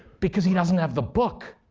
because he doesn't have the book.